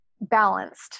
balanced